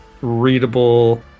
readable